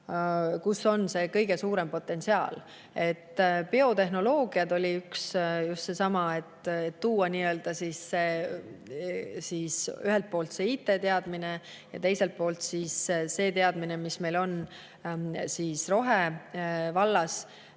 kus on kõige suurem potentsiaal. Biotehnoloogiad oli üks, just seesama, et tuua inimesteni ühelt poolt IT‑teadmine ja teiselt poolt see teadmine, mis meil on rohevallas.